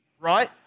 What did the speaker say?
Right